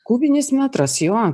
kubinis metras jo